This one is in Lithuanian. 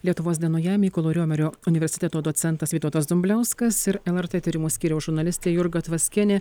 lietuvos dienoje mykolo romerio universiteto docentas vytautas dumbliauskas ir el er tė tyrimų skyriaus žurnalistė jurga tvaskienė